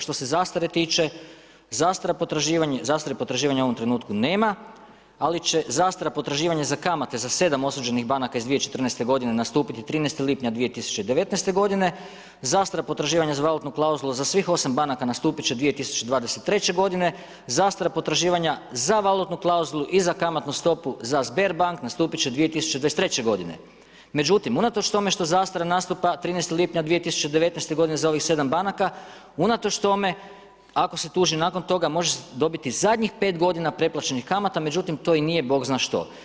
Što ste zastare tiče, zastare potraživanja u ovom trenutku nema ali će zastara potraživanja za kamate za 7 osuđenih banaka iz 2014. g. nastupiti 13. lipnja 2019. g. Zastara potraživanja za valutnu klauzulu za svih 8 banaka nastupit će 2023. g., zastara potraživanja za valutnu klauzulu i za kamatnu stopu za Sberbank nastupit će 2023. g. Međutim, unatoč tome što zastara nastupa 13. lipnja 2019. g. za ovih 7 banaka, unatoč tome ako se tuži nakon toga, može se dobiti zadnjih 5 g. pretplaćenih kamata međutim to i nije bogzna što.